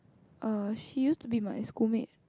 err she used to be my school mate